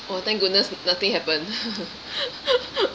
oh thank goodness nothing happened